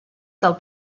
del